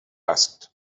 asked